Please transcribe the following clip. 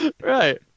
Right